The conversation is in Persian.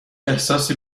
احساسی